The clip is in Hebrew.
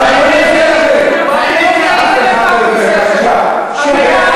את גרורה של הימין, אחמד טיבי, יש הבדל ביני